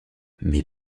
mais